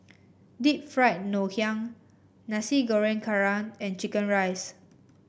Deep Fried Ngoh Hiang Nasi Goreng Kerang and chicken rice